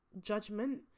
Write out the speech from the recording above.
judgment